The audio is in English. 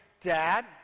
Dad